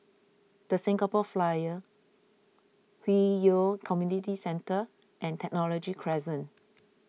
the Singapore Flyer Hwi Yoh Community Centre and Technology Crescent